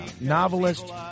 novelist